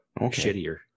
shittier